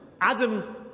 Adam